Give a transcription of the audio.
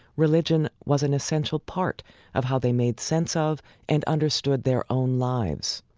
religion was an essential part of how they made sense of and understood their own lives.